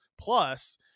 plus